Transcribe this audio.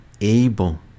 able